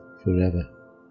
forever